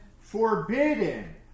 forbidden